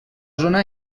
zona